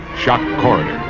shock corridor,